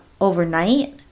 overnight